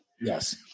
yes